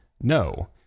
no